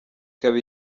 ikaba